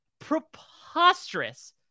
preposterous